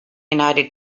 united